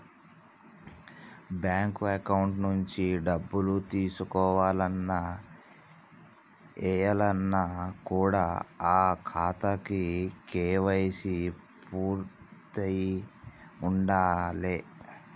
bank account నుంచి డబ్బులు తీసుకోవాలన్న, ఏయాలన్న కూడా ఆ ఖాతాకి కేవైసీ పూర్తయ్యి ఉండాలే